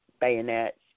bayonets